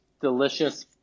delicious